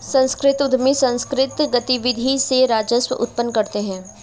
सांस्कृतिक उद्यमी सांकृतिक गतिविधि से राजस्व उत्पन्न करते हैं